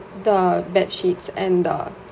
the bed sheets and the